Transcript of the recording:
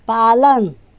पालन